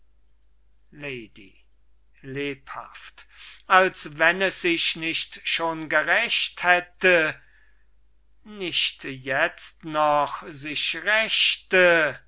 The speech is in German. lady lebhaft als wenn es sich nicht schon gerächt hätte nicht jetzt noch rächte